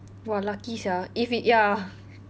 !wah! lucky sia if it ya